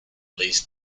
least